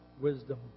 wisdom